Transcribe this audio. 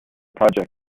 project